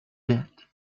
that